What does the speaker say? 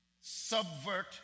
subvert